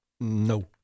No